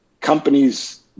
companies